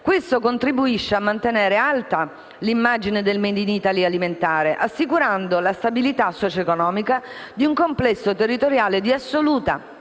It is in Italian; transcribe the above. Questo contribuisce a mantenere alta l'immagine del *made in Italy* alimentare, assicurando la stabilità socioeconomica di un complesso territoriale di assoluta